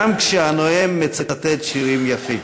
גם כשהנואם מצטט שירים יפים.